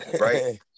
Right